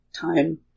time